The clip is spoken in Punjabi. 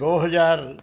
ਦੋ ਹਜ਼ਾਰ